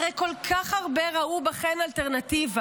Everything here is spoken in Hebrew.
הרי כל כך הרבה ראו בכם אלטרנטיבה,